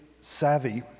savvy